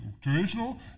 traditional